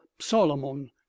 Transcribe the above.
solomon